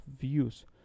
views